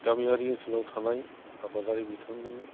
गामियारि ओनसोलाव थानाय आबादारि बिथांमोननो